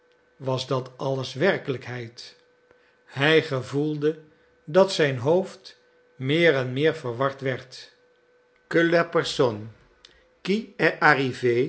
was dat alles werkelijkheid hij gevoelde dat zijn hoofd meer en meer verward werd que